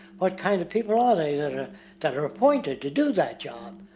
what kind of people are they that are that are appointed to do that job?